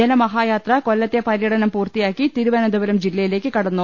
ജനമഹായാത്ര കൊല്ലത്തെ പരൃടനം പൂർത്തിയാക്കി തിരുവനന്തപുരം ജില്ലയിലേക്ക് കടന്നു